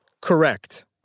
Correct